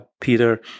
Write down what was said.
Peter